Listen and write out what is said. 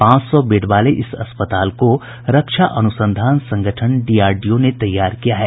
पांच सौ बेड वाले इस अस्पताल को रक्षा अनुसंधान संगठन डीआरडीओ ने तैयार किया है